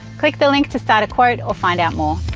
click the link to start a quote or find out more.